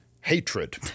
hatred